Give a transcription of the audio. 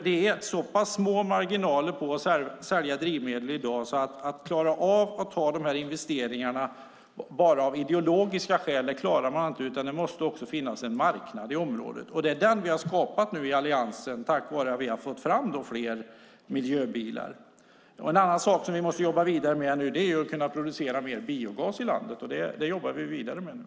Det är så pass små marginaler att sälja drivmedel i dag att man inte klarar att göra dessa investeringar bara av ideologiska skäl, utan det måste också finnas en marknad i området. Det är den vi i Alliansen nu har skapat tack vare att vi har fått fram fler miljöbilar. En annan sak som vi måste jobba vidare med nu är att producera mer biogas i landet. Det jobbar vi vidare med nu.